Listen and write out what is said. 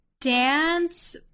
dance